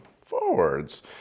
forwards